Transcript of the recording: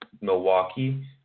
milwaukee